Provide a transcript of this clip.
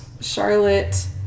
Charlotte